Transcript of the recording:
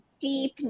deep